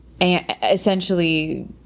essentially